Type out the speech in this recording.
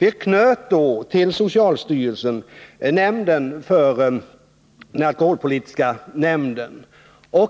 Vi knöt då till socialstyrelsen den alkoholpolitiska nämnden.